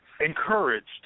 encouraged